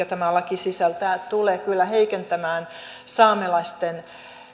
tämä laki sisältää tulee kyllä heikentämään saamelaisten